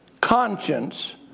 conscience